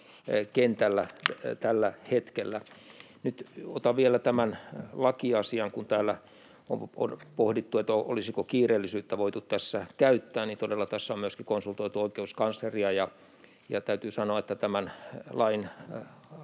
kentällä tällä hetkellä. Nyt otan vielä tämän laki-asian, kun täällä on pohdittu, olisiko kiireellisyyttä voitu tässä käyttää. Todella tässä on konsultoitu myös oikeuskansleria, ja täytyy sanoa, että tämän lain